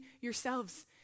yourselves